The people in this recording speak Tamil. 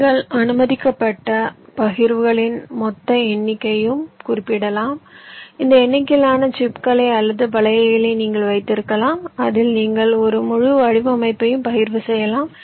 நீங்கள் அனுமதிக்கப்பட்ட பகிர்வுகளின் மொத்த எண்ணிக்கையும் குறிப்பிடப்படலாம் இந்த எண்ணிக்கையிலான சிப்களை அல்லது பலகைகளை நீங்கள் வைத்திருக்கலாம் அதில் நீங்கள் ஒரு முழு வடிவமைப்பையும் பகிர்வு செய்யலாம்